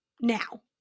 now